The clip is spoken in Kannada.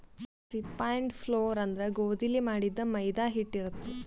ರಿಫೈನ್ಡ್ ಫ್ಲೋರ್ ಅಂದ್ರ ಗೋಧಿಲೇ ಮಾಡಿದ್ದ್ ಮೈದಾ ಹಿಟ್ಟ್ ಇರ್ತದ್